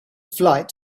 flight